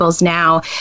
now